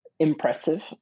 Impressive